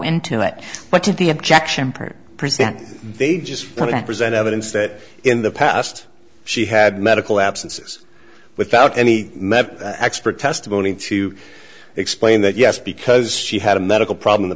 into it but to the objection present they just want to present evidence that in the past she had medical absences without any expert testimony to explain that yes because she had a medical problem